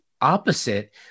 opposite